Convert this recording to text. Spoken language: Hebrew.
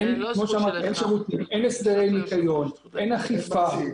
אין הסדרי ניקיון, אין אכיפה.